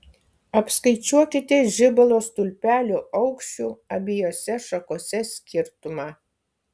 apskaičiuokite žibalo stulpelių aukščių abiejose šakose skirtumą